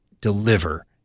deliver